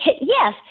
yes